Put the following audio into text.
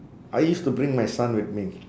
I used to bring my son with me